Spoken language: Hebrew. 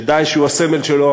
ש"דאעש" הוא הסמל שלו,